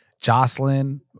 Jocelyn